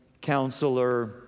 Counselor